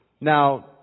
Now